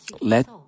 let